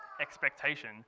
expectation